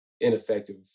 ineffective